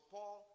Paul